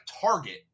target